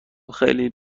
خیلی